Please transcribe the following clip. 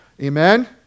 Amen